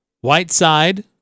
Whiteside